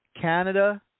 Canada